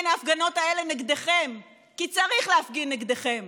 כן, ההפגנות האלה נגדכם כי צריך להפגין נגדכם